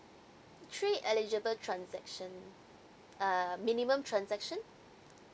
three eligible transaction uh minimum transaction